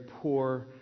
poor